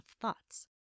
thoughts